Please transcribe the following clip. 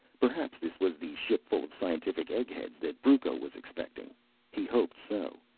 perhaps this was the shipful of scientific eggheads that brucco was expecting he hoped so.